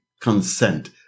consent